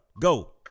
go